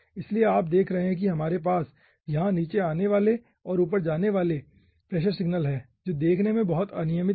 इसलिए आप देख रहे हैं कि हमारे पास यहां नीचे आने वाले और ऊपर जाने वाले प्रेशर सिग्नल हैं जो देखने में बहुत अनियमित हैं